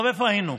טוב, איפה היינו?